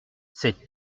cette